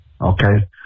Okay